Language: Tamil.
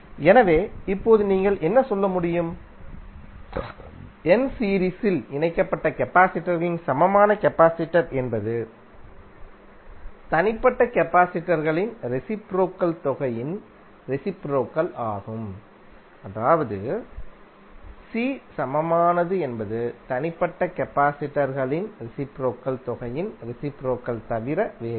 எனவே இப்போது நீங்கள் என்ன சொல்ல முடியும் n சீரீஸில் இணைக்கப்பட்ட கபாசிடர் களின் சமமான கபாசிடர் என்பது தனிப்பட்ட கபாசிடர் களின் ரெசிப்ரோகல் தொகையின் ரெசிப்ரோகல் ஆகும் அதாவது c சமமானது என்பது தனிப்பட்ட கபாசிடர் களின் ரெசிப்ரோகல் தொகையின் ரெசிப்ரோகல் தவிர வேறில்லை